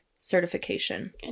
certification